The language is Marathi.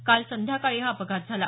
काल संध्याकाळी हा अपघात झाला